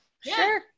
Sure